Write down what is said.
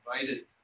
invited